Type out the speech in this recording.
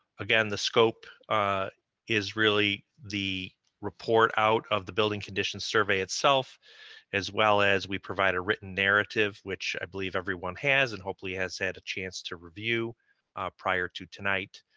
again, the scope is really the report out of the building condition survey itself as well as we provide a written narrative, which i believe everyone has, and hopefully has had a chance to review prior to tonight.